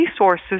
resources